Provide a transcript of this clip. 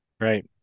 Right